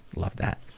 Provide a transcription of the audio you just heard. love that.